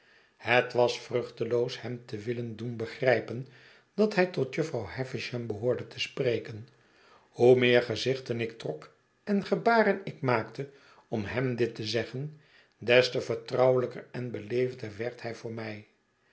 het was vruchteloos hem te willen doen begrijpen dat hij tot jufvrouw havisham behoorde te spreken hoe meer gezichten ik trok en gebaren ik rnaakte om hem dit te zeggen des te vertrouwelijker en beleefder werdhij voor m